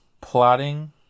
plotting